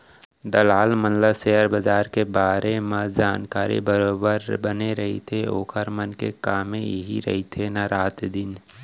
दलाल मन ल सेयर बजार के बारे मन जानकारी बरोबर बने रहिथे ओखर मन के कामे इही रहिथे ना रात दिन